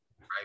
right